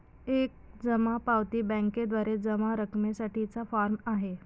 एक जमा पावती बँकेद्वारे जमा रकमेसाठी चा फॉर्म आहे